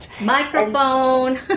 Microphone